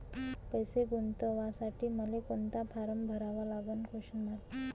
पैसे गुंतवासाठी मले कोंता फारम भरा लागन?